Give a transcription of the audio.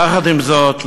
יחד עם זאת,